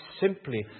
simply